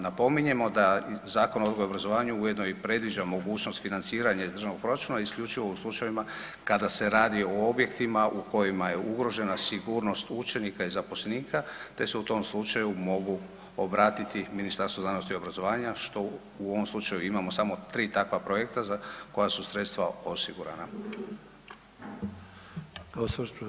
Napominjemo da Zakon o odgoju i obrazovanju jedno i predviđa mogućnost financiranja iz državnog proračuna isključivo u slučajevima kada se radi o objektima u kojima je ugrožena sigurnost učenika i zaposlenika te se u tom slučaju mogu obratiti Ministarstvu znanosti i obrazovanja što u ovom slučaju imamo samo tri takva projekta za koja su sredstva osigurana.